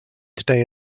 today